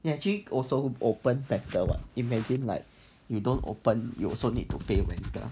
you actually also open better [what] imagine like you don't open you also need to pay rental